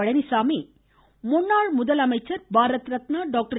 பழனிசாமி முன்னாள் முதலமைச்சர் பாரத் ரத்னா டாக்டர்